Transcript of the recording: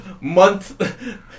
month